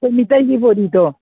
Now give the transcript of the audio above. ꯑꯩꯈꯣꯏ ꯃꯤꯇꯩꯒꯤ ꯕꯣꯔꯤꯗꯣ